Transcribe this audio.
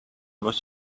was